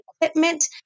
equipment